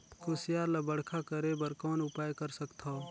कुसियार ल बड़खा करे बर कौन उपाय कर सकथव?